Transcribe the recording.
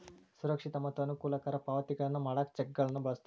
ಸುರಕ್ಷಿತ ಮತ್ತ ಅನುಕೂಲಕರ ಪಾವತಿಗಳನ್ನ ಮಾಡಾಕ ಚೆಕ್ಗಳನ್ನ ಬಳಸ್ತಾರ